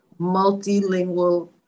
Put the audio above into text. multilingual